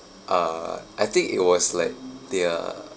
uh I think it was like they're